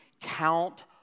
count